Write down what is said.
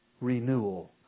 renewal